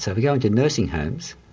so go into nursing homes.